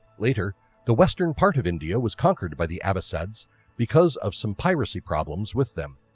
later the western part of india was conquered by the abbasid's because of some piracy problems with them.